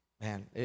Man